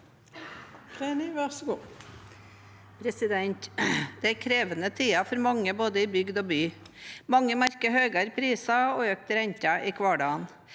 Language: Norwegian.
Det er krevende tider for mange i både bygd og by. Mange merker høyere priser og økte renter i hverdagen.